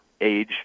age